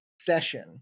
session